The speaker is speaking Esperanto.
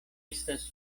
estas